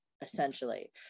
essentially